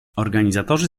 organizatorzy